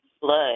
blood